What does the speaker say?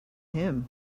him